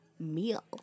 meal